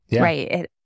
right